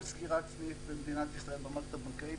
כל סגירת סניף במדינת ישראל במערכת הבנקאית